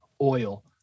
Oil